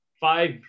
five